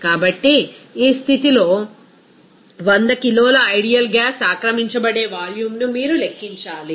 కాబట్టి ఈ స్థితిలో 100 కిలోల ఐడియల్ గ్యాస్ ఆక్రమించబడే వాల్యూమ్ను మీరు లెక్కించాలి